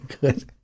Good